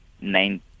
nine